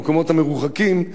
במקומות המרוחקים,